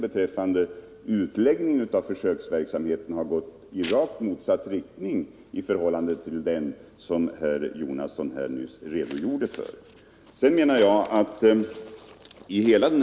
Utvecklingen av utläggningen av försöksverksamheten har alltså gått i en helt annan riktning än herr Jonasson nyss ville göra gällande.